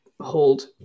hold